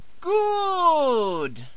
Good